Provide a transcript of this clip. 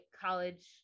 college